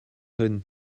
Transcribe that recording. hyn